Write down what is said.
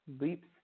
Leaps